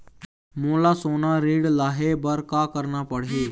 मोला सोना ऋण लहे बर का करना पड़ही?